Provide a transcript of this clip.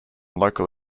local